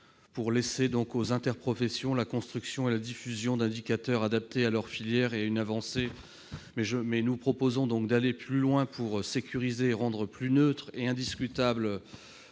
prix. Laisser aux interprofessions l'élaboration et la diffusion d'indicateurs adaptés à leur filière est une avancée, mais nous proposons d'aller plus loin pour sécuriser et rendre plus neutres et indiscutables